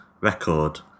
record